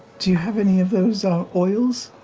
do you have any of those oils?